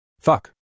Fuck